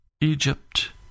Egypt